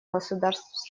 государств